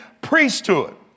priesthood